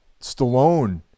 Stallone